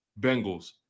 Bengals